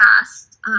past